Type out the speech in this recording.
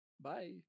bye